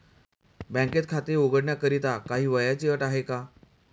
बँकेत खाते उघडण्याकरिता काही वयाची अट आहे का?